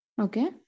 okay